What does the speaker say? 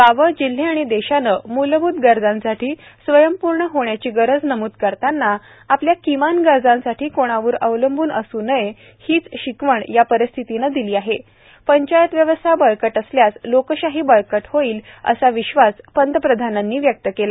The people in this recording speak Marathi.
गावं जिल्हे आणि देशानं मूलभूत गरजांसाठी स्वयंपूर्ण होण्याची गरज नमूद करताना आपल्या किमान गरजांसाठी कोणावर अवलंबून असे नये हीच शिकवण या परिस्थितीने दिली पंचायत व्यवस्था बळकट असल्यासलोकशाही बळकट होईल असा विश्वास पंतप्रधानांनी व्यक्त केला